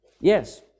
Yes